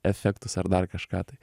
efektus ar dar kažką tai